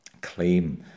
claim